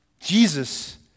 Jesus